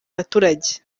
abaturage